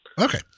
Okay